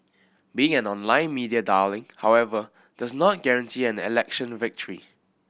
being an online media darling however does not guarantee an election victory